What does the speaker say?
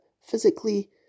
physically